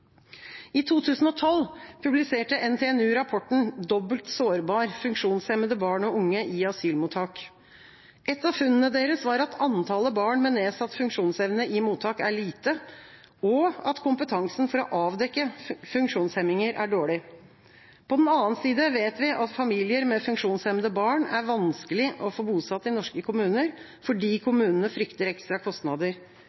I 2012 publiserte NTNU rapporten Dobbelt sårbar – Funksjonshemmete barn og unge i asylmottak. Et av funnene deres var at antallet barn med nedsatt funksjonsevne i mottak er lite, og at kompetansen for å avdekke funksjonshemninger er dårlig. På den annen side vet vi at familier med funksjonshemmede barn er det vanskelig å få bosatt i norske kommuner, fordi